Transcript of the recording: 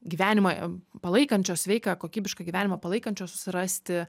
gyvenimą palaikančio sveiką kokybišką gyvenimą palaikančio susirasti